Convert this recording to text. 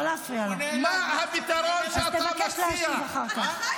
לא להפריע לו, לא להפריע לו.